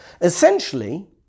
Essentially